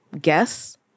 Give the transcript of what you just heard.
guess